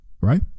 Right